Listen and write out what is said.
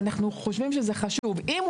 אנחנו עוברים לפסקה (6),